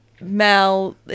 Mal